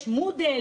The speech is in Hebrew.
יש Moodle,